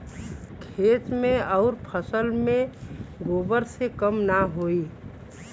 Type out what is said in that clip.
खेत मे अउर फसल मे गोबर से कम ना होई?